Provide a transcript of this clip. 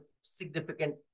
significant